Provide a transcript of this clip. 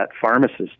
pharmacist